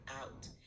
out